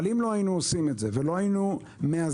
אבל אם לא היינו עושים את זה ולא היינו מאזנים